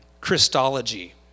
Christology